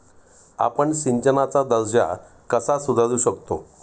आपण सिंचनाचा दर्जा कसा सुधारू शकतो?